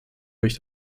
durch